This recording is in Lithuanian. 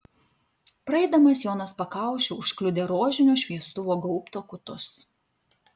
praeidamas jonas pakaušiu užkliudė rožinio šviestuvo gaubto kutus